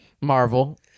Marvel